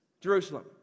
Jerusalem